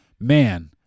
man